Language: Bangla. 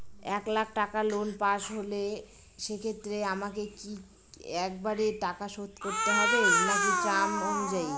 এক লাখ টাকা লোন পাশ হল সেক্ষেত্রে আমাকে কি একবারে টাকা শোধ করতে হবে নাকি টার্ম অনুযায়ী?